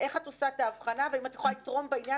אנחנו עושים את כל מה שנדרש כדי לתת את המענה הטוב ביותר.